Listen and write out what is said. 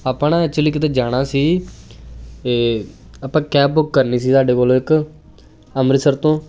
ਆਪਾਂ ਨਾ ਐਕਚੁਲੀ ਕਿਤੇ ਜਾਣਾ ਸੀ ਅਤੇ ਆਪਾਂ ਕੈਬ ਬੁੱਕ ਕਰਨੀ ਸੀ ਤੁਹਾਡੇ ਕੋਲੋਂ ਇੱਕ ਅੰਮ੍ਰਿਤਸਰ ਤੋਂ